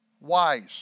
wise